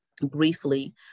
briefly